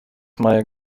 meyer